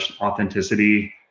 authenticity